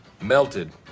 melted